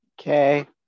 Okay